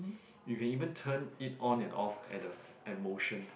you can even turn it on and off at the at motion